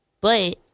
But-